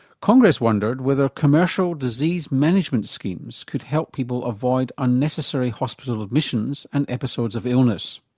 congress wondered whether commercial disease management schemes could help people avoid unnecessary hospital admissions and episodes of illness.